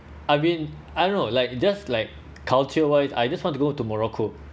I mean I don't know like just like culture-wise I just want to go to morocco